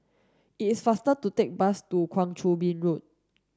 it is faster to take the bus to Kang Choo Bin Road